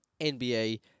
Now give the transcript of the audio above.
NBA